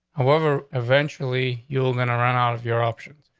however, eventually you're gonna run out of your options.